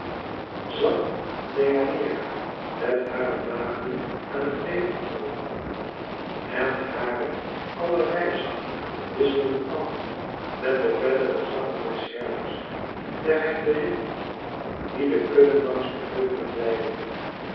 zat deianeira met hare maagden aan het weefgetouwen hare aller reizangen wisselden af met de verdere zangen der herders der herderinnen die de kudden langs de heuvelen weidden